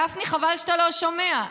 גפני, חבל שאתה לא שומע.